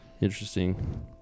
interesting